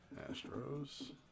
Astros